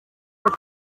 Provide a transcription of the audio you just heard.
kera